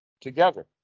together